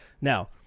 Now